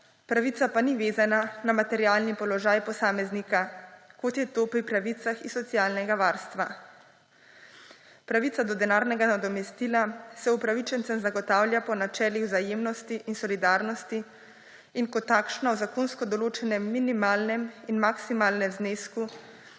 pravica pa ni vezana na materialni položaj posameznika, kot je to pri pravicah iz socialnega varstva. Pravica do denarnega nadomestila se upravičencem zagotavlja po načelnih vzajemnosti in solidarnosti in kot takšno zakonsko določenem minimalnem in maksimalnem znesku